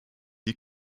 die